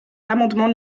l’amendement